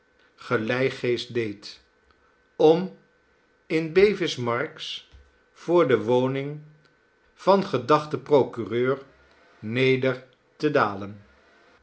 geleigeest deed om in bevis marks voor de woning van gedachten procureur neder te dalen